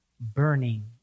burning